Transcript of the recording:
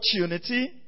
opportunity